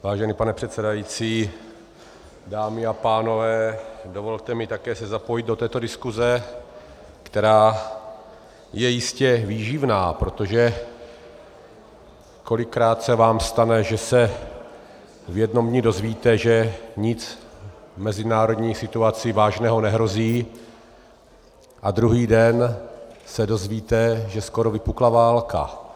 Vážený pane předsedající, dámy a pánové, dovolte mi také se zapojit do této diskuse, která je jistě výživná, protože kolikrát se vám stane, že se v jednom dni dozvíte, že nic v mezinárodní situaci vážného nehrozí, a druhý den se dozvíte, že skoro vypukla válka?